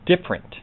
different